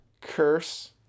Curse